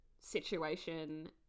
situation